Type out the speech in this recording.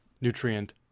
nutrient